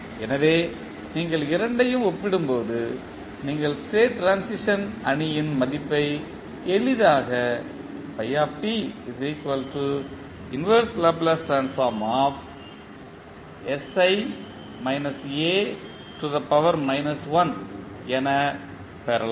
எனவே நீங்கள் இரண்டையும் ஒப்பிடும்போது நீங்கள் ஸ்டேட் ட்ரான்சிஷன் அணியின் மதிப்பை எளிதாக என பெறலாம்